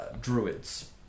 druids